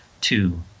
two